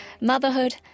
motherhood